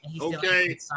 okay